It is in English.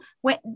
when-